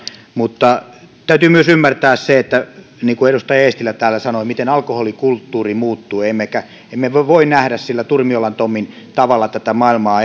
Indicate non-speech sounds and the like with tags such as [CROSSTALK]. mutta täytyy myös ymmärtää se niin kuin edustaja eestilä täällä sanoi miten alkoholikulttuuri muuttuu emmekä me voi voi nähdä sillä turmiolan tommin tavalla tätä maailmaa [UNINTELLIGIBLE]